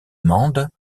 mende